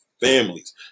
families